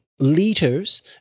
liters